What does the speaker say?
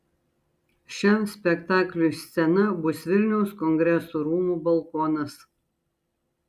šiam spektakliui scena bus vilniaus kongresų rūmų balkonas